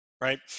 right